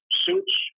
suits